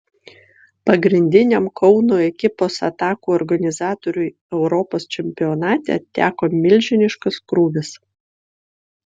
pagrindiniam kauno ekipos atakų organizatoriui europos čempionate teko milžiniškas krūvis